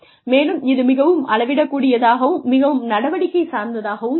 மேலும் இது மிகவும் அளவிடக் கூடியதாகவும் மிகவும் நடவடிக்கை சார்ந்ததாகவும் இருக்கும்